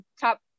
top